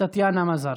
טטיאנה מזרסקי.